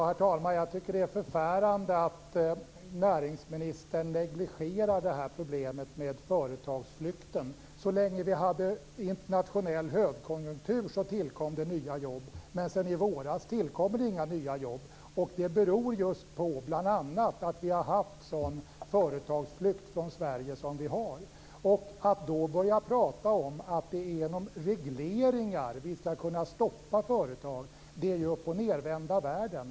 Herr talman! Jag tycker att det är förfärande att näringsministern negligerar problemet med företagsflykten. Så länge vi hade en internationell högkonjunktur tillkom det nya jobb, men sedan i våras tillkommer det inga nya jobb. Det beror bl.a. på att vi har haft en företagsflykt från Sverige. Att då börja prata om att det är genom regleringar som vi ska kunna stoppa företag är ju uppochnedvända världen.